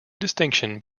distinction